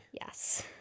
yes